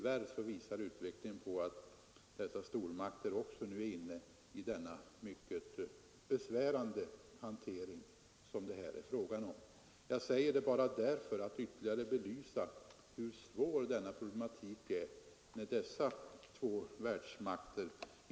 Jag säger det bara för att ytterligare belysa hur svår denna problematik är.